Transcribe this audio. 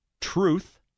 truth